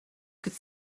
could